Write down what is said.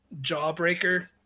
jawbreaker